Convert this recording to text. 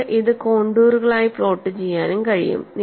നിങ്ങൾക്ക് ഇത് കോൺടൂറുകളായി പ്ലോട്ട് ചെയ്യാനും കഴിയും